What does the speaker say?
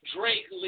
Drake